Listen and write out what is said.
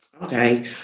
Okay